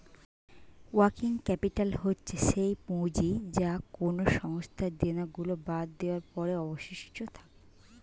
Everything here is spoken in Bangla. ওয়ার্কিং ক্যাপিটাল হচ্ছে সেই পুঁজি যা কোনো সংস্থার দেনা গুলো বাদ দেওয়ার পরে অবশিষ্ট থাকে